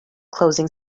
closing